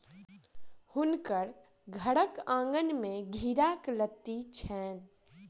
हुनकर घरक आँगन में घेराक लत्ती छैन